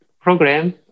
program